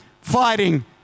fighting